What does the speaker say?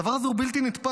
הדבר הזה הוא בלתי נתפס.